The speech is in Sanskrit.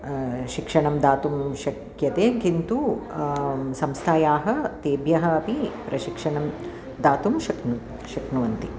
शिक्षणं दातुं शक्यते किन्तु संस्थायाः तेभ्यः अपि प्रशिक्षणं दातुं शक्नुं शक्नुवन्ति